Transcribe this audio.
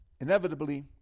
Inevitably